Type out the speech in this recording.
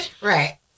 Right